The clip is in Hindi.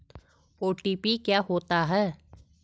ओ.टी.पी क्या होता है?